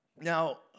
Now